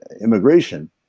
immigration